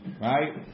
right